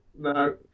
no